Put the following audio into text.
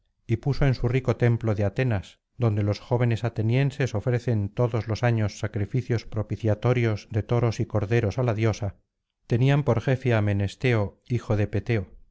y puso en su rico templo de atenas donde los jóvenes atenienses ofrecen todos los años sacrificios propiciatorios de toros y corderos á la diosa tenían por jefe á menesteo hijo de peteo